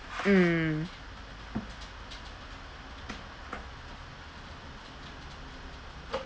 mm